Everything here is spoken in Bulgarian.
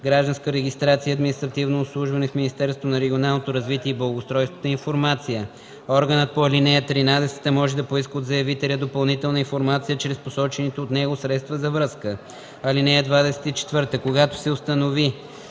„Гражданска регистрация и административно обслужване” в Министерството на регионалното развитие и благоустройството информация. Органът по ал. 13 може да поиска от заявителя допълнителна информация чрез посочените от него средства за връзка. (24) Когато се установи,